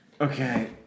Okay